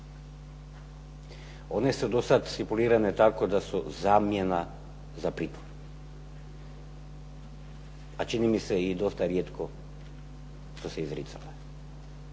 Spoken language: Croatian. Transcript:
One su dosad stipulirane tako da su zamjena za pritvor, a čini mi se i dosta rijetko su se izricale.